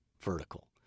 vertical